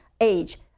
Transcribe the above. age